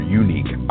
unique